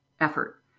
effort